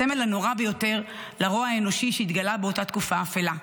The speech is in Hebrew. הסמל הנורא ביותר לרוע האנושי שהתגלה באותה תקופה אפלה.